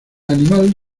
animal